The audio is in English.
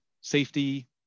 safety